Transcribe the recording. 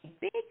big